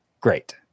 great